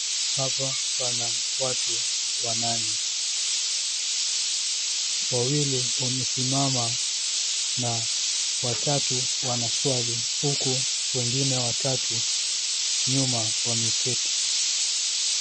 Hapa pana watu wanane, wawili wamesimama na watatu wanaswali huku wengine watatu nyuma wameketi.